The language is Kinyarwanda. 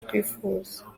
twifuza